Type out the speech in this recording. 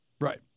Right